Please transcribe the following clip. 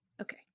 Okay